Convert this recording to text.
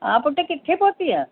हा पुटु किथे पहुती आहीं